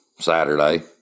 Saturday